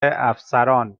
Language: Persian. افسران